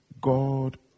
God